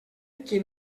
qui